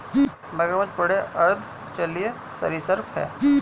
मगरमच्छ बड़े अर्ध जलीय सरीसृप हैं